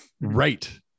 Right